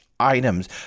Items